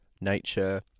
nature